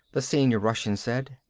the senior russian said.